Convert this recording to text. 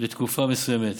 לתקופה מסוימת.